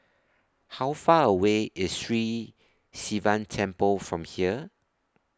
How Far away IS Sri Sivan Temple from here